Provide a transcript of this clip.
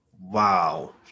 Wow